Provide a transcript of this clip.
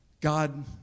God